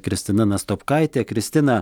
kristina nastopkaitė kristina